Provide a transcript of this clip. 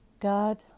God